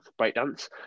breakdance